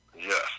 Yes